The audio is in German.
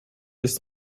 ist